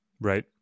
Right